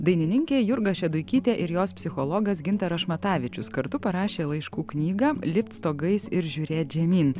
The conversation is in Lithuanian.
dainininkė jurga šeduikytė ir jos psichologas gintaras šmatavičius kartu parašė laiškų knygą lipt stogais ir žiūrėt žemyn